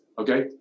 okay